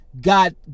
God